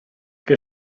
che